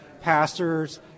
pastors